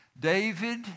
David